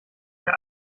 mir